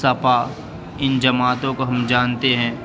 سپا ان جماعتوں کو ہم جانتے ہیں